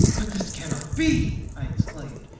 but this cannot be! i exclaimed,